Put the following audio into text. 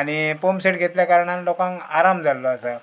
आनी pump set घेतल्या कारणान लोकांक आराम जाल्लो आसा